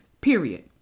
Period